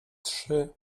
trzy